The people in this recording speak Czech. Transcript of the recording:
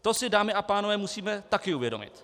To si, dámy a pánové, musíme taky uvědomit.